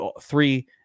three